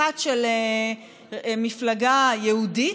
אחת של מפלגה יהודית,